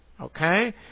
Okay